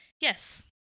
Yes